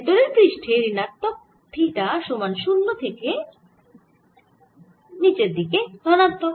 ভেতরের পৃষ্ঠে ঋণাত্মক থিটা সমান 0 থেকে ও নিচের দিকে ধনাত্মক